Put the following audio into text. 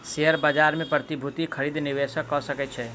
share बाजार मे प्रतिभूतिक खरीद निवेशक कअ सकै छै